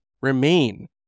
remain